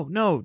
no